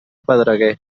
pedreguer